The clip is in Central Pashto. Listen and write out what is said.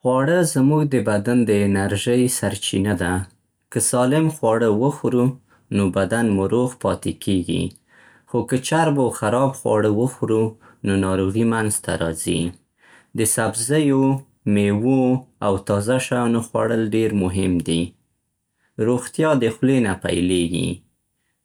خواړه زموږ د بدن د انرژۍ سرچینه ده. که سالم خواړه وخورو، نو بدن مو روغ پاتې کېږي. خو که چرب او خراب خواړه وخورو، نو ناروغي منځ ته راځي. د سبزیو، مېوو، او تازه شیانو خوړل ډېر مهم دي. روغتیا د خولې نه پیلېږي،